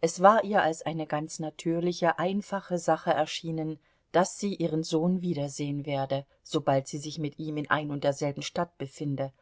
es war ihr als eine ganz natürliche einfache sache erschienen daß sie ihren sohn wiedersehen werde sobald sie sich mit ihm in ein und derselben stadt befinde